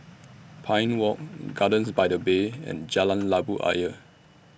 Pine Walk Gardens By The Bay and Jalan Labu Ayer